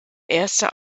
erster